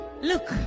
Look